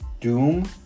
doom